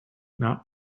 not